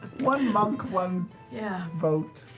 one monk, one yeah vote.